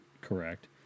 Correct